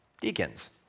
deacons